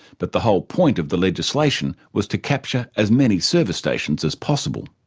but the whole point of the legislation was to capture as many service stations as possible.